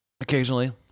occasionally